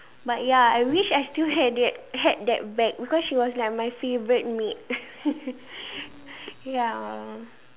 but ya I wish I still had that had that bag because she was like my favourite maid ya